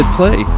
play